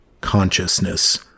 consciousness